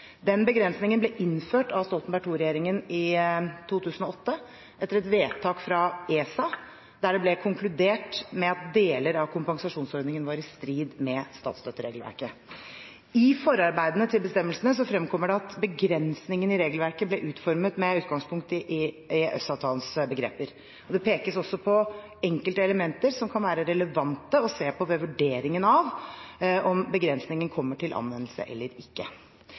Den begrensningen ble innført av Stoltenberg II-regjeringen i 2008 etter et vedtak fra ESA, der det ble konkludert med at deler av kompensasjonsordningen var i strid med statsstøtteregelverket. I forarbeidene til bestemmelsene fremkommer det at begrensningene i regelverket ble utformet med utgangspunkt i EØS-avtalens begreper. Det pekes også på enkelte elementer som det kan være relevant å se på ved vurderingen av om begrensningen kommer til anvendelse eller ikke.